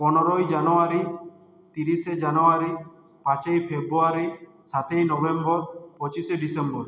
পনেরোই জানুয়ারি তিরিশে জানুয়ারি পাঁচই ফেব্রুয়ারি সাতই নভেম্বর পঁচিশে ডিসেম্বর